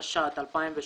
התשע"ט-2018.